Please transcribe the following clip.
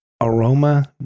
Aroma